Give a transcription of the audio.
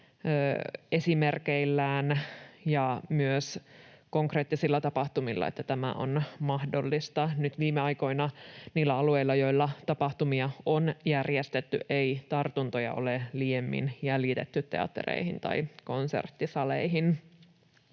esimerkeillään ja myös konkreettisilla tapahtumilla sen, että tämä on mahdollista. Nyt viime aikoina niillä alueilla, joilla tapahtumia on järjestetty, ei tartuntoja ole liiemmin jäljitetty teattereihin tai konserttisaleihin.